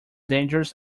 dangerous